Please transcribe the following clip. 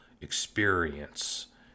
experience